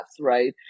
right